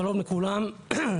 שלום לכולם.